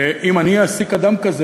שאם אני אעסיק אדם כזה,